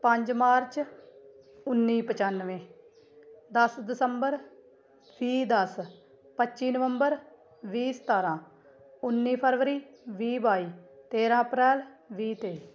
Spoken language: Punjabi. ਪੰਜ ਮਾਰਚ ਉੱਨੀ ਪਚਾਨਵੇਂ ਦਸ ਦਸੰਬਰ ਵੀਹ ਦਸ ਪੱਚੀ ਨਵੰਬਰ ਵੀਹ ਸਤਾਰਾਂ ਉੱਨੀ ਫਰਵਰੀ ਵੀਹ ਬਾਈ ਤੇਰਾਂ ਅਪ੍ਰੈਲ ਵੀਹ ਤੇਈ